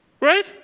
Right